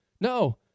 No